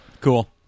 Cool